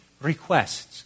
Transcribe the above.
requests